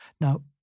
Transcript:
Now